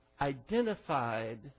identified